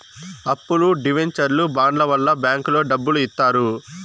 అప్పులు డివెంచర్లు బాండ్ల వల్ల బ్యాంకులో డబ్బులు ఇత్తారు